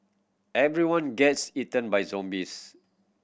everybody gets eaten by zombies